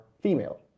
female